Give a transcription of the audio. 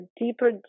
deeper